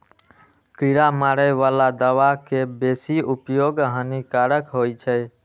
कीड़ा मारै बला दवा के बेसी उपयोग हानिकारक होइ छै